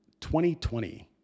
2020